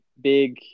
big